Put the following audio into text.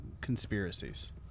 conspiracies